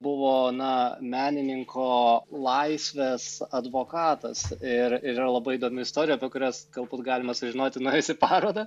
buvo na menininko laisvės advokatas ir ir yra labai įdomi istorija apie kurias galbūt galima sužinoti nuėjus į parodą